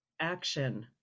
action